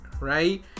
right